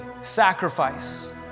sacrifice